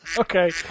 Okay